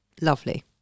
Lovely